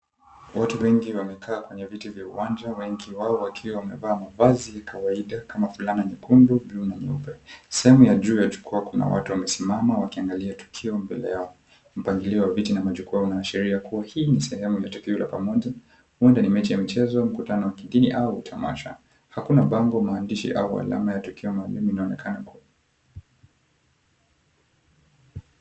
Watu wengi wamekaa kwenye viti vya uwanja wengi wao wakiwa wamevaa mavazi ya kawaida kama fulana nyekundu, buluu na nyeupe. Sehemu ya juu ya jukuwa kuna watu wamesimama wakiangalia tukio. Mbele yao mpangilio wa viti na majukuwa unaoashiria kuwa hii ni sehemu ya tukio la pamoja huenda ni mechi ya mchezo, mkutano wa kidini au tamasha. Hakuna bango maandishi au alama ya tukio maalum linaonekana hapo.